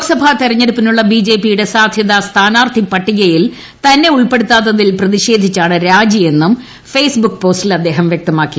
ലോക്സഭാ തെരഞ്ഞെടുപ്പിനുള്ള ബിജെപിയുടെ സാധ്യതാ സ്ഥാനാർഥി പട്ടികയിൽ തന്നെ ഉൾപ്പെടുത്താത്തിൽ പ്രതിഷേധിച്ചാണ് രാജി എന്നും ഫെയ്സ്ബുക്ക് പോസ്റ്റിൽ അദ്ദേഹം വ്യക്തമാക്കി